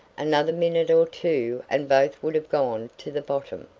another minute or two and both would have gone to the bottom.